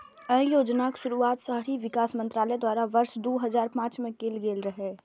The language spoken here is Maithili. अय योजनाक शुरुआत शहरी विकास मंत्रालय द्वारा वर्ष दू हजार पांच मे कैल गेल रहै